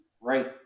right